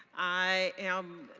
i am